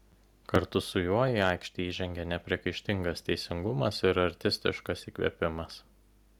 kartu su juo į aikštę įžengė nepriekaištingas teisingumas ir artistiškas įkvėpimas